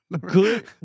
Good